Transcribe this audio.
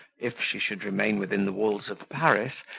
if she should remain within the walls of paris,